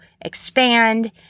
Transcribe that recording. expand